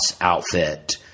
outfit